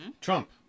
Trump